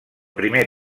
primer